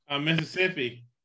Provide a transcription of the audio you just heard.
Mississippi